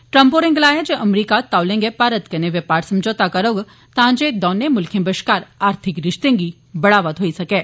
Trump होरें गलाया जे अमरीका तौले गै भारत कन्नै बपार समझौता करौग ता जे दोने मुल्खें बश्कार आर्थिक रिश्तें गी बढ़ावा थ्होई सकैं